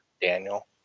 Daniel